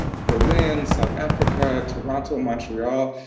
berlin, south africa, toronto, montreal,